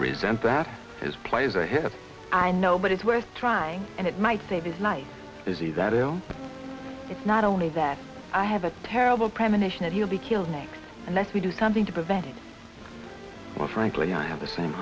resent that his play is a hit i know but it's worth trying and it might save his life disease that it's not only that i have a terrible premonition that he will be killed next unless we do something to prevent it or frankly i have the same